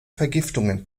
vergiftungen